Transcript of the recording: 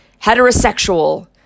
heterosexual